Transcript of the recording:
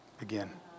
again